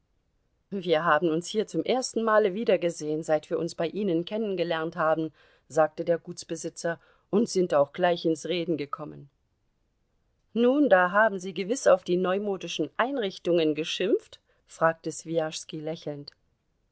wir haben uns hier zum ersten male wiedergesehen seit wir uns bei ihnen kennengelernt haben sagte der gutsbesitzer und sind auch gleich ins reden gekommen nun da haben sie gewiß auf die neumodischen einrichtungen geschimpft fragte swijaschski lächelnd